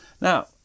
Now